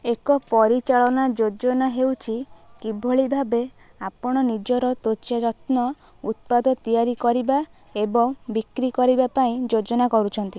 ଏକ ପରିଚାଳନା ଯୋଜନା ହେଉଛି କିଭଳି ଭାବେ ଆପଣ ନିଜର ତ୍ୱଚା ଯତ୍ନ ଉତ୍ପାଦ ତିଆରି କରିବା ଏବଂ ବିକ୍ରି କରିବା ପାଇଁ ଯୋଜନା କରୁଛନ୍ତି